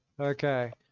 Okay